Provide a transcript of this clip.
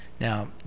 Now